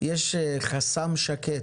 יש חסם שקט.